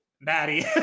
Maddie